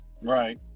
Right